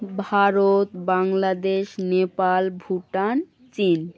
ভারত বাংলাদেশ নেপাল ভুটান চীন